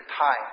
time